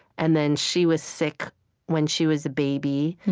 and then she was sick when she was a baby,